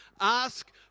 ask